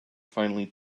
finely